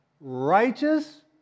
righteous